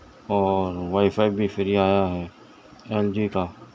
اور wifi بھی free آیا ہے ایل جی کا